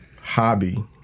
hobby